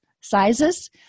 sizes